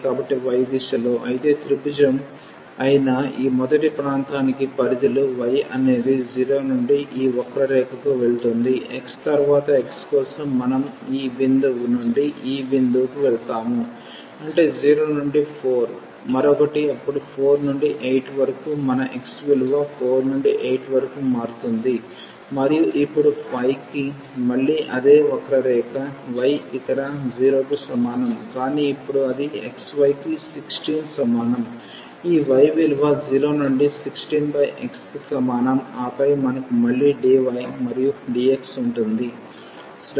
కాబట్టి y దిశలో అయితే ఈ త్రిభుజం అయిన ఈ మొదటి ప్రాంతానికి పరిధులు Y అనేది 0 నుండి ఈ వక్రరేఖకు వెళుతుంది x తరువాత x కోసం మనం ఈ బిందువు నుండి ఈ బిందువుకి వెళ్తాము అంటే 0 నుండి 4 మరొకటి అప్పుడు 4 నుండి 8 వరకు మన x విలువ 4 నుండి 8 వరకు మారుతుంది మరియు ఇప్పుడు y కి మళ్లీ అదే వక్రరేఖ y ఇక్కడ 0 కి సమానం కానీ ఇప్పుడు అది xy కి 16 సమానం ఈ y విలువ 0 నుండి 16x కి సమానం ఆపై మనకు మళ్లీ dy మరియు dx ఉంటుంది